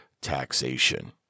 Taxation